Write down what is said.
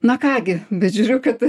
na ką gi bet žiūriu kad